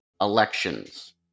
elections